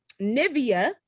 nivia